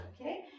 Okay